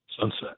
sunset